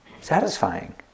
satisfying